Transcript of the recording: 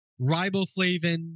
riboflavin